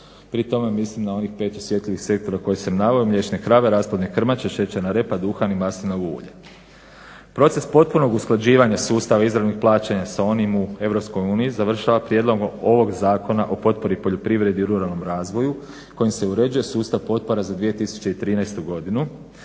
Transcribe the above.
Pri tome mislim na ovih 5 osjetljivih sektora koji …/Govornik se ne razumije./… krave, rasplodne krmače, šećerna repa, duhan i maslinovo ulje. Proces potpunog usklađivanja sustava izravnih plaćanja sa onim u Europskoj uniji završava prijedlogom ovog Zakona o potpori poljoprivredi i ruralnom razvoju kojim se uređuje sustav potpore za 2013. godinu